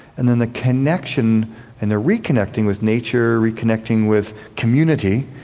and then the connection and the reconnecting with nature, reconnecting with community.